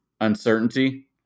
uncertainty